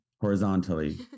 horizontally